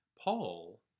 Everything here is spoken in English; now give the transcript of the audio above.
Paul